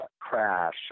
crash